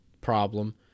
problem